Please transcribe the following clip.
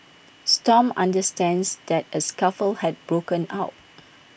stomp understands that A scuffle had broken out